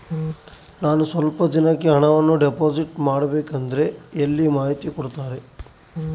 ನಾನು ಸ್ವಲ್ಪ ದಿನಕ್ಕೆ ಹಣವನ್ನು ಡಿಪಾಸಿಟ್ ಮಾಡಬೇಕಂದ್ರೆ ಎಲ್ಲಿ ಮಾಹಿತಿ ಕೊಡ್ತಾರೆ?